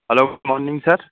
hello good morning sir